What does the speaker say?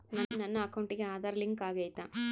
ನನ್ನ ಅಕೌಂಟಿಗೆ ಆಧಾರ್ ಲಿಂಕ್ ಆಗೈತಾ?